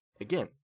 again